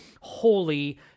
holy